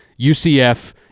UCF